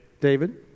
David